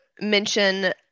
mention